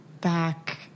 back